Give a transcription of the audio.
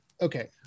Okay